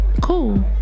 Cool